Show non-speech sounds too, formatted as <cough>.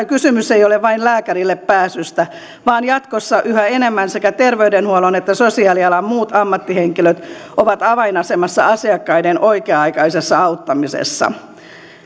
<unintelligible> kysymys ei ole vain lääkärille pääsystä vaan jatkossa yhä enemmän sekä terveydenhuollon että sosiaalialan muut ammattihenkilöt ovat avainasemassa asiakkaiden oikea aikaisessa auttamisessa